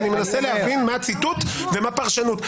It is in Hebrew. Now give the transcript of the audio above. אני מנסה להבין מה ציטוט ומה פרשנות.